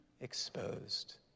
exposed